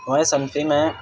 ہمارے صنفی میں